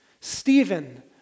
Stephen